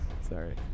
Sorry